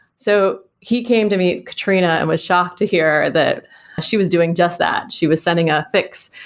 so he came to meet katrina and was shocked to hear that she was doing just that. she was sending a fix,